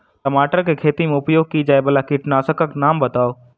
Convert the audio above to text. टमाटर केँ खेती मे उपयोग की जायवला कीटनासक कऽ नाम बताऊ?